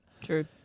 True